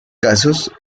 casos